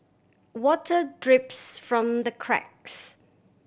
water drips from the cracks